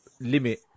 limit